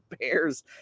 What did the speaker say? Bears